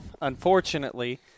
Unfortunately